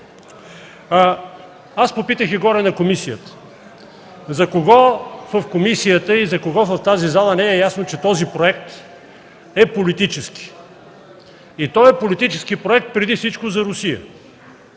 Попитах и на комисията: за кого в комисията и за кого в тази зала не е ясно, че този проект е политически и той е политически проект преди всичко за Русия?